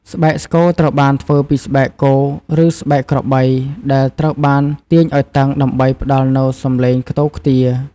ស្បែកស្គរត្រូវបានធ្វើពីស្បែកគោ ឬស្បែកក្របី ដែលត្រូវបានទាញឱ្យតឹងដើម្បីផ្តល់នូវសំឡេងខ្ទរខ្ទារ។